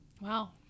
Wow